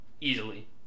Easily